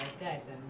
Dyson